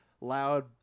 loud